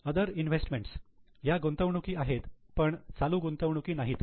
other investment या गुंतवणुकी आहेत पण चालू गुंतवणुकी नाहीत